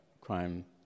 crime